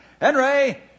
Henry